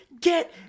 Get